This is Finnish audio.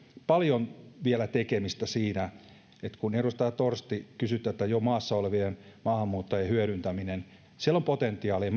paljon tekemistä siinä edustaja torsti kysyitte jo maassa olevien maahanmuuttajien hyödyntämisestä siellä on potentiaalia